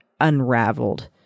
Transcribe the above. unraveled